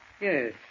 Yes